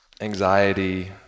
anxiety